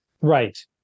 Right